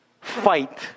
fight